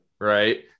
right